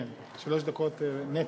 כן, שלוש דקות נטו.